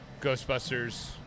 Ghostbusters